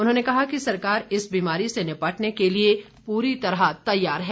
उन्होंने कहा कि सरकार इस बीमारी से निपटने के लिए पूरी तरह तैयार है